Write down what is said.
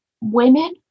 women